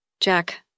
Jack